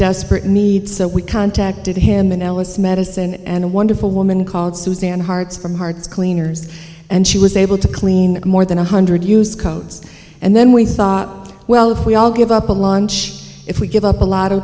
desperate need so we contacted him and ellis medicine and a wonderful woman called suzanne hearts from hearts cleaners and she was able to clean more than one hundred use codes and then we thought well if we all give up a launch if we give up a lotto